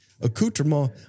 accoutrement